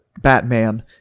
Batman